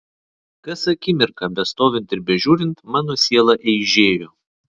kas akimirką bestovint ir bežiūrint mano siela eižėjo